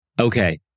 Okay